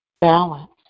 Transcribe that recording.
balance